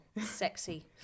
sexy